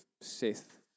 Sith